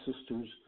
sisters